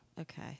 Okay